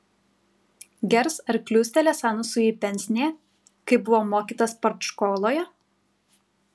gers ar kliūstelės anusui į pensnė kaip buvo mokytas partškoloje